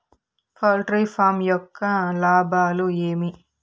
poultry farm యొక్క లాభాలు ఏమి